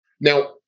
now